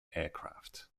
aircraft